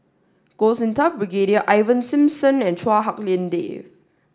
Goh Sin Tub Brigadier Ivan Simson and Chua Hak Lien Dave